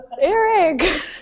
Eric